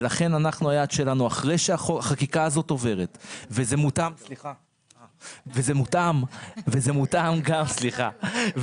ולכן היעד שלנו הוא שאחרי שהחקיקה הזאת עוברת - וזה מתואם גם עם